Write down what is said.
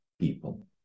people